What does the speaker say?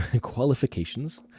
qualifications